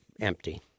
empty